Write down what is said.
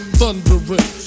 thundering